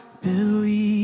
believe